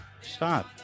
Stop